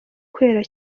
kwera